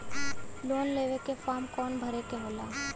Loan लेवे के form कौन भरे के होला?